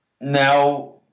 Now